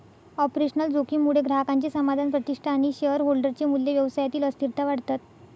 operational जोखीम मुळे ग्राहकांचे समाधान, प्रतिष्ठा आणि शेअरहोल्डर चे मूल्य, व्यवसायातील अस्थिरता वाढतात